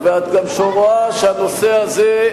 ואת גם רואה שהנושא הזה,